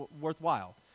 worthwhile